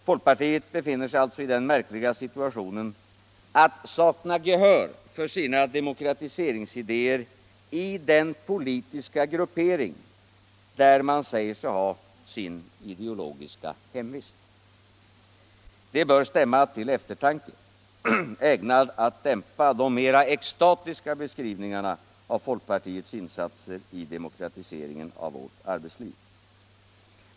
Folkpartiet befinner sig alltså i den märkliga situationen att sakna gehör för sina demokratiseringsidéer i den politiska gruppering där man säger sig ha sin ideologiska hemvist. Det bör stämma till eftertanke, ägnad att dämpa de mer extatiska beskrivningarna av folkpartiets insatser för demokratiseringen av vårt arbetsliv.